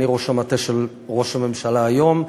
אני ראש המטה של ראש הממשלה היום,